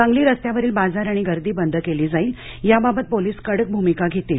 सांगली रस्त्यावरील बाजार आणि गर्दी बंद केली जाईल याबाबत पोलीस कडक भूमिका घेतील